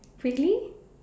really